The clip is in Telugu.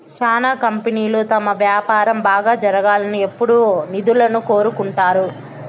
శ్యానా కంపెనీలు తమ వ్యాపారం బాగా జరగాలని ఎప్పుడూ నిధులను కోరుకుంటారు